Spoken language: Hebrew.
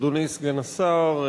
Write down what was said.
אדוני סגן השר,